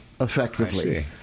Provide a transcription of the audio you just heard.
effectively